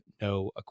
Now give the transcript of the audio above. No